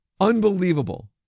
unbelievable